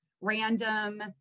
random